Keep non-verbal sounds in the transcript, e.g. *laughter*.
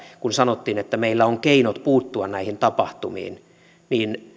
kun sanottiin että meillä on keinot puuttua näihin tapahtumiin niin *unintelligible*